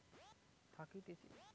কোন লোকের নাম যে স্টকটা থাকতিছে